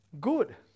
Good